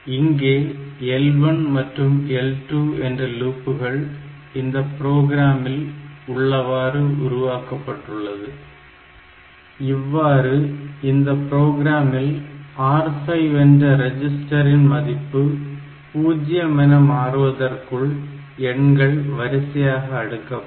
இங்கே L1 மற்றும் L2 என்ற லூப்புகள் இந்த புரோகிராமில் உள்ளவாறு உருவாக்கப்பட்டுள்ளது இவ்வாறு இந்த புரோகிராமில் R5 என்ற ரெஜிஸ்டரின் மதிப்பு 0 என மாறுவதற்குள் எண்கள் வரிசையாக அடுக்கப்படும்